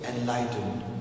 enlightened